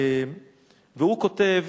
הוא כותב